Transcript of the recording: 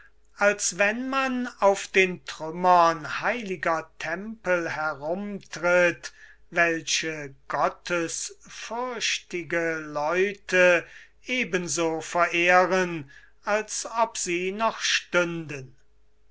als wenn man auf den trümmern heiliger tempel herumtritt welche gottesfürchtige leute eben so verehren als ob sie noch stünden